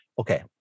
Okay